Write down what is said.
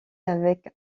avec